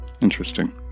Interesting